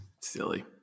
silly